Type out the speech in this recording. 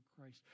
Christ